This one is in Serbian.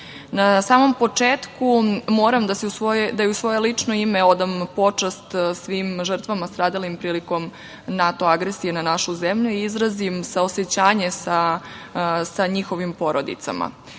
samom početku moram da u svoje lično ime odam počast svim žrtvama stradalim prilikom NATO agresije na našu zemlju i izrazim saosećanje sa njihovim porodicama.